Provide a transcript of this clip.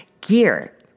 gear